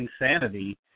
insanity